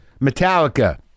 Metallica